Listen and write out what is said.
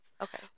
Okay